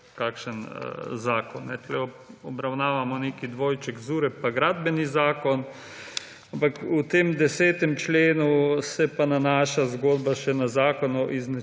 Tukaj obravnavamo nek dvojček. ZUreP pa Gradbeni zakon, ampak v tem 10. členu se pa nanaša zgodba še na Zakon o izenačevanju